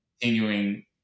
continuing